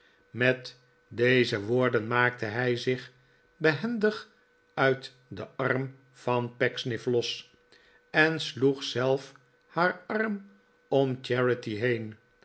met deze woorden maakte zij zich behendig uit den arm van pecksniff los r en sloeg zelf haar arm om charity heen